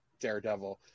Daredevil